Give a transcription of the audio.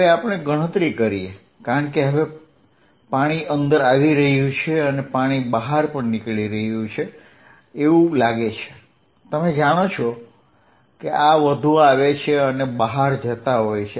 હવે આપણે ગણતરી કરીએ કારણ કે હવે પાણી અંદર આવી રહ્યું છે અને પાણી બહાર નીકળી રહ્યું છે એવું લાગે છે તમે જાણો છો કે આ વધુ આવે છે અને બહાર જતા હોય છે